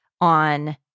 on